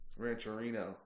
Rancherino